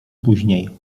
później